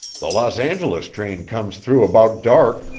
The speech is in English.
the los angeles train comes through about dark,